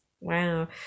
Wow